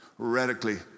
radically